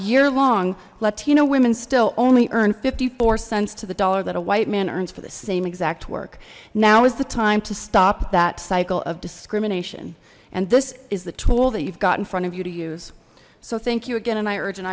year long latino women still only earn fifty four cents to the dollar that a white man earns for the same exact work now is the time to stop that cycle of discrimination and this is the tool that you've got in front of you to use so thank you